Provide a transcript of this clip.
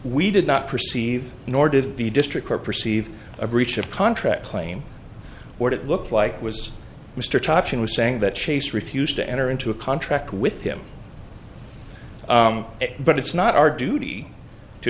we did not perceive nor did the district court perceive a breach of contract claim what it looked like was mr touchett was saying that chase refused to enter into a contract with him but it's not our duty to